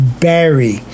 Barry